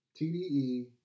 TDE